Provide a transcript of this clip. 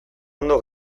ondo